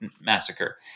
massacre